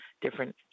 different